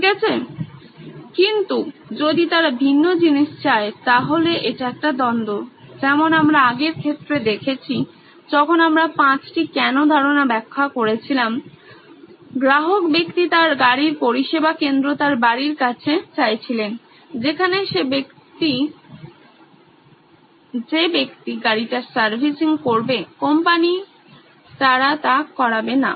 ঠিক আছে কিন্তু যদি তারা ভিন্ন জিনিস চায় তাহলে এটা একটা দ্বন্দ্ব যেমন আমরা আগের ক্ষেত্রে দেখেছি যখন আমরা পাঁচটি কেন ধারণা ব্যাখ্যা করছিলাম গ্রাহক ব্যক্তি তার গাড়ির পরিষেবা কেন্দ্র তার বাড়ির কাছে চাইছিলেন যেখানে যে ব্যক্তি গাড়িটা সার্ভিসিং করবে কোম্পানি তারা তা করবে না